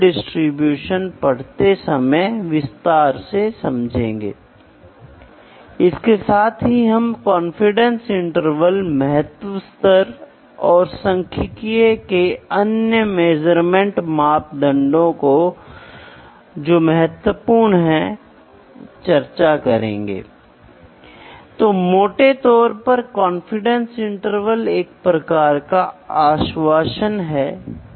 जैसे कि यदि आप देखते हैं तो यह बड़ा नहीं दिखता है जब आप इसके बारे में मैक्रो स्केल या मेसो स्केल में बात करने की कोशिश कर रहे हैं क्योंकि यह लगभग 40 माइक्रोन है ठीक है लेकिन जब आप माइक्रो डोमेन में काम करना शुरू करते हैं तो प्रत्येक माइक्रोन प्रदर्शन के मामले में एक बड़ा बदलाव खिलाड़ी बन जाता है